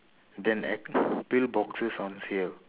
then ex~ pill boxes on sale